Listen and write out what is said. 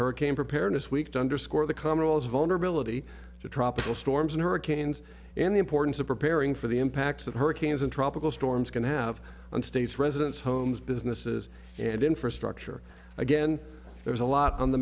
hurricane preparedness week to underscore the common rule is vulnerability to tropical storms and hurricanes and the importance of preparing for the impacts of hurricanes and tropical storms can have on state's residents homes businesses and infrastructure again there's a lot on the